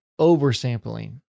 oversampling